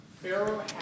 Pharaoh